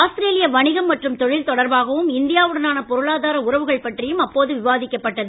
ஆஸ்திரேலிய வணிகம் மற்றும் தொழில் தொடர்பாகவும் இந்தியா உடனான பொருளாதார உறவுகள் பற்றியும் அப்போது விவாதிக்கப்பட்டது